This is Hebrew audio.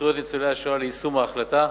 לזכויות ניצולי השואה ליישום ההחלטה.